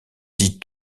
dix